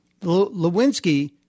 Lewinsky